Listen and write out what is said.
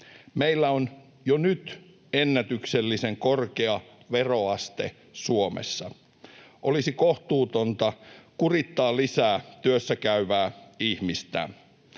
Meillä on jo nyt ennätyksellisen korkea veroaste Suomessa. Olisi kohtuutonta kurittaa lisää työssäkäyvää ihmistä.